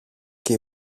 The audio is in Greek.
και